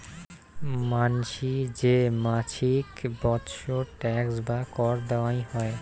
মানসি যে মাছিক বৎসর ট্যাক্স বা কর দেয়াং হই